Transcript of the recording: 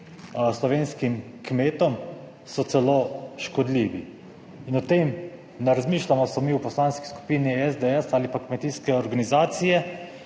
slovenskim kmetom, so celo škodljivi. O tem ne razmišljamo sami v Poslanski skupini SDS ali pa kmetijske organizacije.